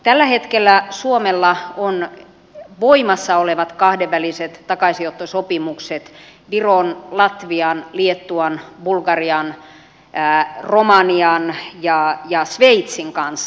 tällä hetkellä suomella on voimassa olevat kahdenväliset takaisinottosopimukset viron latvian liettuan bulgarian romanian ja sveitsin kanssa